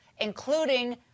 including